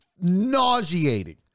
nauseating